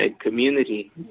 community